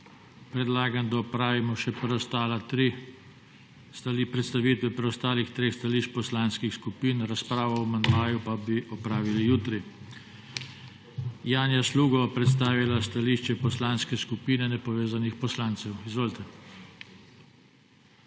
Predlagam, da opravimo še preostale tri predstavitve preostalih treh stališč poslanskih skupin, razpravo o amandmaju pa bi opravili jutri. Janja Sluga bo predstavila stališče Poslanske skupine nepovezanih poslancev. Izvolite.